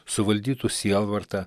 suvaldytų sielvartą